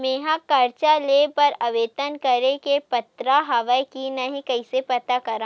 मेंहा कर्जा ले बर आवेदन करे के पात्र हव की नहीं कइसे पता करव?